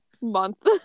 month